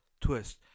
twist